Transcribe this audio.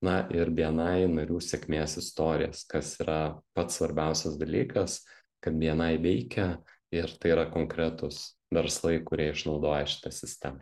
na ir bni narių sėkmės istorijas kas yra pats svarbiausias dalykas kad bni veikia ir tai yra konkretūs verslai kurie išnaudoja šitą sistemą